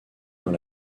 dans